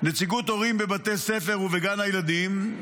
נציגות הורים בבית הספר ובגן ילדים,